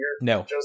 No